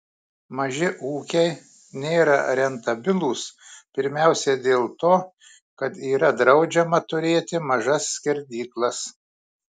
maži ūkiai nėra rentabilūs pirmiausia dėl to kad yra draudžiama turėti mažas skerdyklas